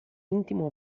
intimo